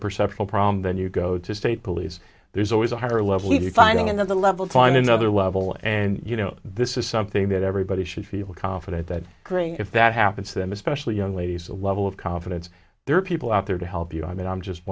perception problem then you go to state police there's always a higher level of you finding another level find another level and you know this is something that everybody should feel confident that if that happens to them especially young ladies a level of confidence there are people out there to help you i mean i'm just